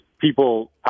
people